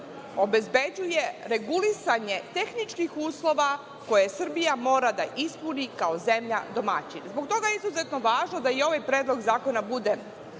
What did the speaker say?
obezbeđuje regulisanje tehničkih uslova koje Srbija mora da ispuni kao zemlja domaćin. Zbog toga je izuzetno važno da i ovaj predlog zakona bude